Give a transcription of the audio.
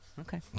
Okay